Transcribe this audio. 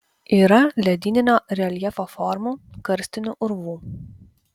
yra ledyninio reljefo formų karstinių urvų